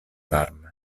varme